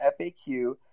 FAQ